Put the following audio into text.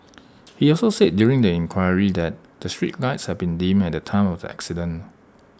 he also said during the inquiry that the street lights had been dim at the time of the accident